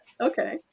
Okay